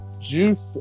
juice